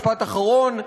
משפט אחרון,